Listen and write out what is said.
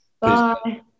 Bye